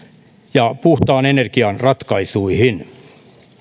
ja puhtaan energian ratkaisuihin